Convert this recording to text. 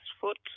foot